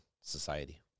society